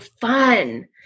fun